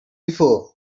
before